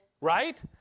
right